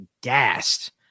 gassed